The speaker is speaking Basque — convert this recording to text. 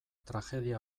tragedia